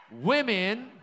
women